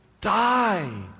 die